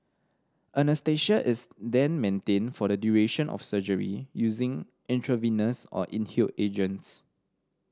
anaesthesia is then maintained for the duration of surgery using intravenous or inhaled agents